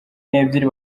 n’ebyiri